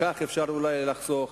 בכך אפשר אולי לחסוך.